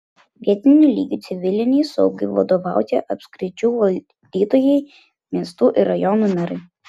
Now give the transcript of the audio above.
vietiniu lygiu civilinei saugai vadovauja apskričių valdytojai miestų ir rajonų merai